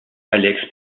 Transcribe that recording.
alex